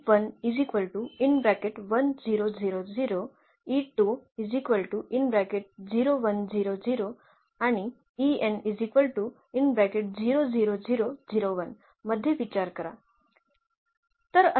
तर या वेक्टरचा आणि मध्ये विचार करा